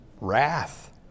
wrath